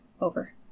over